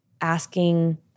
asking